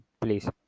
please